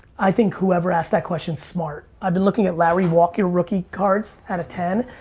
i think whoever asked that question's smart. i've been looking at larry walker rookie cards at a ten.